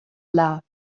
laughed